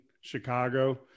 Chicago